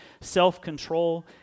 self-control